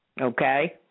Okay